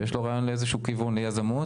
שיש לו רעיון לאיזה שהוא כיוון יזמות,